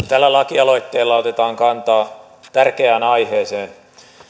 tällä lakialoitteella otetaan kantaa tärkeään aiheeseen